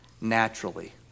naturally